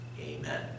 amen